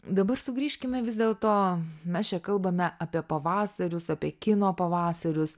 dabar sugrįžkime vis dėlto mes čia kalbame apie pavasarius apie kino pavasarius